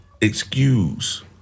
excuse